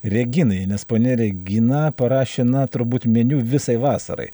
reginai nes ponia regina parašė na turbūt meniu visai vasarai